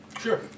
Sure